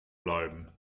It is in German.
bleiben